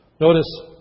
Notice